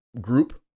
group